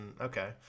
okay